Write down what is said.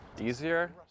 easier